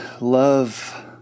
love